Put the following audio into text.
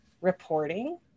reporting